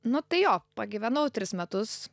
nu tai jo pagyvenau tris metus